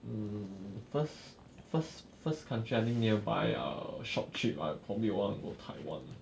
um first first first country I think nearby ah short trip ah probably want to go taiwan